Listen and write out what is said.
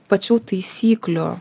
pačių taisyklių